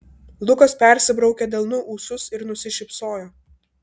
lukas persibraukė delnu ūsus ir nusišypsojo